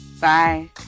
Bye